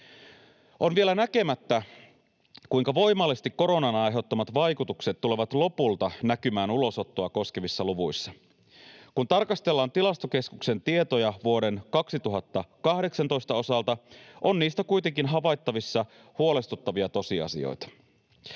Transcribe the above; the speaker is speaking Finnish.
On vielä näkemättä, kuinka voimallisesti koronan aiheuttamat vaikutukset tulevat lopulta näkymään ulosottoa koskevissa luvuissa. Kun tarkastellaan Tilastokeskuksen tietoja vuoden 2018 osalta, on niistä kuitenkin havaittavissa huolestuttavia tosiasioita.